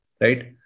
right